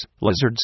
lizards